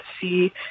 see